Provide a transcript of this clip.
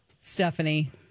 Stephanie